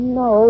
no